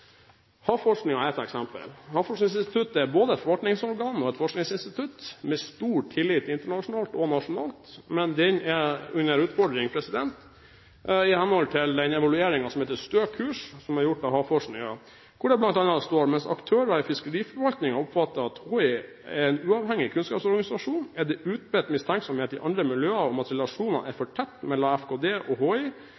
er et eksempel. Havforskningsinstituttet er både et forvaltningsorgan og et forskningsinstitutt, med stor tillit både internasjonalt og nasjonalt, men instituttet utfordres, i henhold til evalueringen som har fått navnet Stø kurs, som er gjort av Havforskningsinstituttet. Her står det bl.a.: «Mens aktører i fiskeriforvaltningen oppfatter at HI er en uavhengig kunnskapsorganisasjon, er det utbredt mistenksomhet i andre miljøer om at relasjonene er